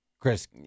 Chris